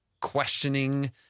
questioning